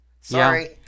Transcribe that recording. Sorry